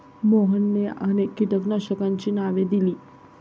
मोहनने अनेक कीटकनाशकांची नावे दिली